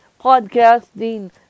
podcasting